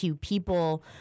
people